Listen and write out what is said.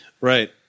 Right